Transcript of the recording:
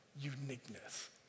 uniqueness